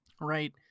right